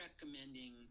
recommending –